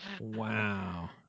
Wow